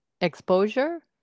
exposure